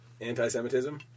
anti-semitism